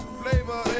flavor